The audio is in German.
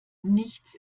nichts